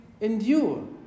endure